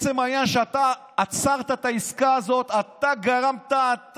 בעצם העניין שאתה עצרת את העסקה הזאת, אתה עצמך,